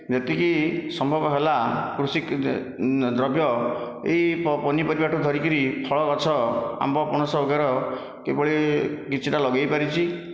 ଯେତିକି ସମ୍ଭବ ହେଲା କୃଷିଦ୍ରବ୍ୟ ଏଇ ପନିପରିବା ଠାରୁ ଧରିକରି ଫଳଗଛ ଆମ୍ବ ପଣସ ସହକାର ଏହିଭଳି କିଛିଟା ଲଗେଇ ପାରିଛି